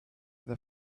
the